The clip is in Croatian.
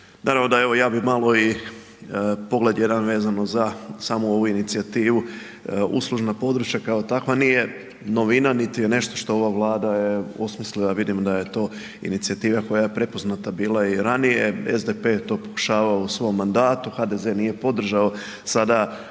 Naravno da evo, ja bih malo i pogled jedan vezano za samo ovu inicijativu, uslužna područja kao takva nije novina niti je nešto što ova Vlada je osmislila, vidimo da se je to inicijativa koja je prepoznata bila i ranije, SDP je to pokušavao u svom mandatu, HDZ nije podržao, sada